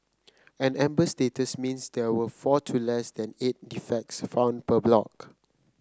an amber status means there were four to less than eight defects found per block